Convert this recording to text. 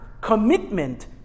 commitment